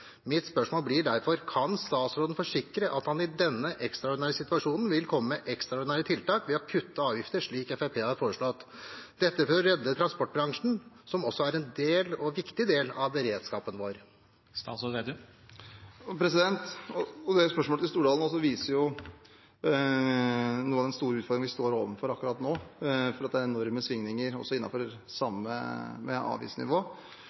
Mitt spørsmål blir derfor: Kan statsråden forsikre at han i denne ekstraordinære situasjonen vil komme med ekstraordinære tiltak ved å kutte avgifter, slik Fremskrittspartiet har foreslått? Dette er for å redde transportbransjen, som også er en viktig del av beredskapen vår. Spørsmålet til Stordalen viser noe av den store utfordringen vi står overfor akkurat nå, for det er enorme svingninger også med samme avgiftsnivå. For lastebileiere er avgiftene på diesel under 6 kr – ca. 5,50 kr hvis man regner med